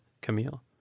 Camille